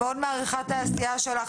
מאוד מעריכה את העשייה שלך,